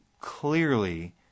clearly